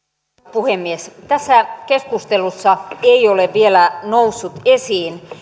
puhemies tässä keskustelussa ei ole vielä noussut esiin